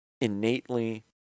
innately